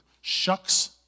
shucks